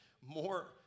more